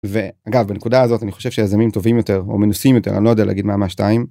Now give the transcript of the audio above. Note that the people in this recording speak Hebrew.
ואגב בנקודה הזאת אני חושב שיזמים טובים יותר ומנוסים יותר אני לא יודע להגיד מה מהשתיים.